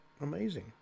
amazing